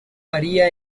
varía